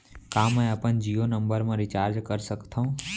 का मैं अपन जीयो नंबर म रिचार्ज कर सकथव?